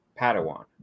Padawan